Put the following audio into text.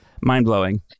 mind-blowing